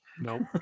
Nope